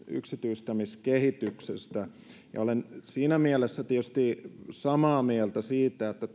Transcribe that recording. yksityistämiskehityksestä ja olen siinä mielessä tietysti samaa mieltä että